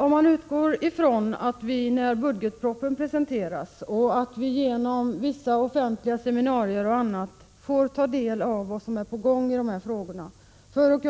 Om man utgår från att vi när budgetpropositionen presenteras och genom vissa offentliga seminarier och annat får ta del av vad som är på gång i de här frågorna för att